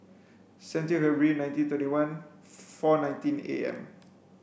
seventeen February nineteen thirty one four nineteen A M